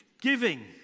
Giving